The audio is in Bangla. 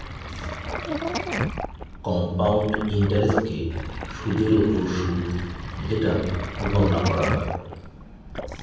কম্পাউন্ড ইন্টারেস্টকে সুদের ওপর সুদ যেটা গণনা করা হয়